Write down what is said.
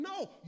No